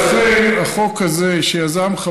נו, אז מה עשית?